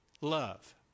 Love